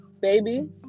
Baby